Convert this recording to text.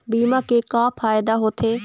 बीमा के का फायदा होते?